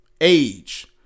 age